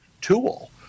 tool